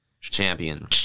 champion